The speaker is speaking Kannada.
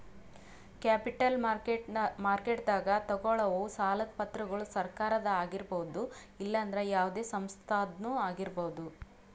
ಕ್ಯಾಪಿಟಲ್ ಮಾರ್ಕೆಟ್ದಾಗ್ ತಗೋಳವ್ ಸಾಲದ್ ಪತ್ರಗೊಳ್ ಸರಕಾರದ ಆಗಿರ್ಬಹುದ್ ಇಲ್ಲಂದ್ರ ಯಾವದೇ ಸಂಸ್ಥಾದ್ನು ಆಗಿರ್ಬಹುದ್